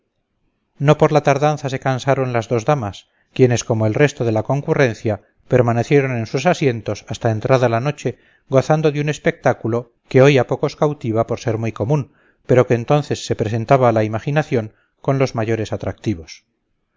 no por la tardanza se cansaron las dos damas quienes como el resto de la concurrencia permanecieron en sus asientos hasta entrada la noche gozando de un espectáculo que hoy a pocos cautiva por ser muy común pero que entonces se presentaba a la imaginación con los mayores atractivos